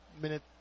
minute